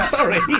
Sorry